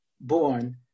born